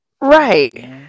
Right